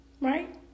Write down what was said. Right